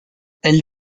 elle